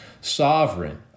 sovereign